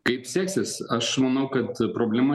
kaip seksis aš manau kad problema